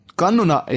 Kanuna